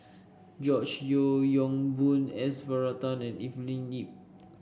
George Yeo Yong Boon S Varathan and Evelyn Lip